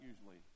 usually